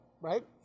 Right